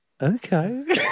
Okay